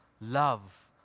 love